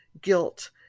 guilt